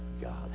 God